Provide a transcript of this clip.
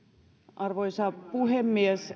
arvoisa puhemies